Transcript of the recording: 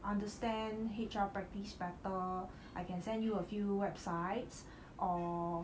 understand H_R practice better I can send you a few websites or